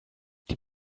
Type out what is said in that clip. die